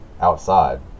outside